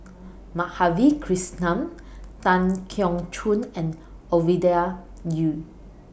Madhavi Krishnan Tan Keong Choon and Ovidia Yu